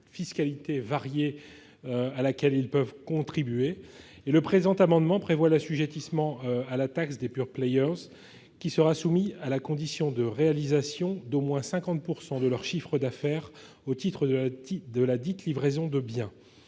fiscalité variée à laquelle ils peuvent être soumis. Le présent amendement tend à ce que leur assujettissement à la taxe des soit soumis à la condition de réalisation d'au moins 50 % de leur chiffre d'affaires au titre de ladite livraison de biens.